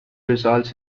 results